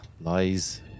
lies